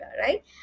right